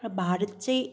र भारत चाहिँ